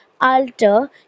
alter